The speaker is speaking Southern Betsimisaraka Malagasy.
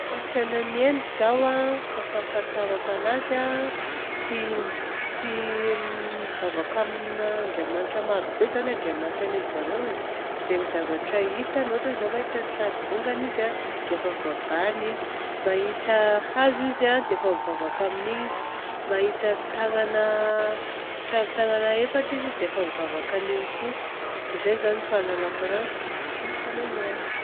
Kolontsainan'ny Inde izao a, fahafantarako anazy a, tia, tia mivavaka amin'Andriamanitra maro be izany ny andriamanitra anarizareo e. Zegny zavatra hitany ohatra izao mahita sary vongana izy a, dia efa ivavahany igny. Mahita hazo izy a, dia efa mivavaka amin'igny izy. Mahita tagnana sari-tagnana efatra izy dia efa mivavaka an'igny koa. Dia izay izany ny fahalalako azy ny kolontsainan'ny any.